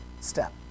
step